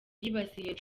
yibasiye